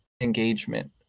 engagement